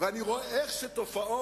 ואני רואה איך תופעות,